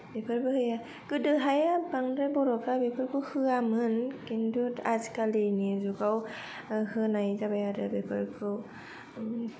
बेफोरबो होयो गोदोहाय बांद्राय बर'फ्रा बेफोरखौ होआमोन किन्तु आजिकालिनि जुगाव ओ होनाय जाबाय आरो बेफोरखौ ओम